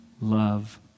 love